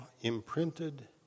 imprinted